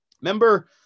remember